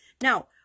Now